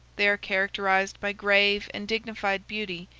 they are characterized by grave and dignified beauty,